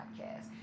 podcast